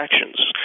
actions